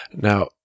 now